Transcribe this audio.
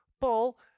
Paul